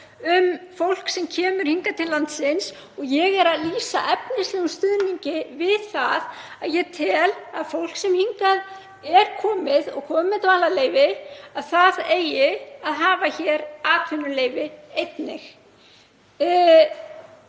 um fólk sem kemur hingað til landsins. Ég er að lýsa efnislegum stuðningi við það að ég tel að fólk sem hingað er komið og komið með dvalarleyfi eigi einnig að hafa hér atvinnuleyfi.